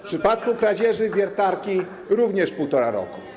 W przypadku kradzieży wiertarki również półtora roku.